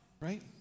Right